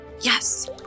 Yes